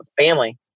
family